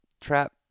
trap